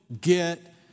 get